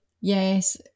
yes